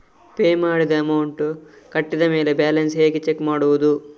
Pay ಮಾಡಿದ amount ಕಟ್ಟಿದ ಮೇಲೆ ಬ್ಯಾಲೆನ್ಸ್ ಹೇಗೆ ಚೆಕ್ ಮಾಡುವುದು?